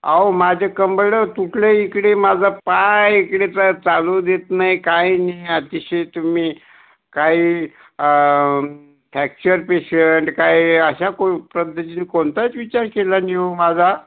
अहो माझ कंबरड तुटलय इकडे माझा पाय इकडे काय चालू देत नाही काय नाही अतिशय तुम्ही काही आंम् फ्रॅक्चर पेशंट काय असा कोण पद्धतीने कोणताच विचार केला नाही ओ माझा